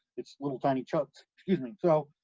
it's little tiny chunks, excuse me so,